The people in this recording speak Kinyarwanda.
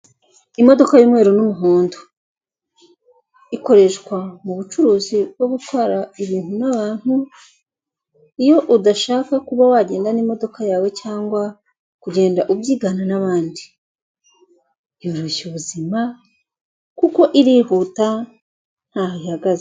Imodoka y'umweru n'umuhondo ikoreshwa mu bucuruzi bwo gutwara ibintu n'abantu, iyo udashaka kuba wagenda n'imodoka yawe cyangwa kugenda ubyigana n'abandi, yoroshya ubuzima kuko irihuta ntaho ihagaze.